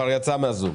היא יצאה מה-זום.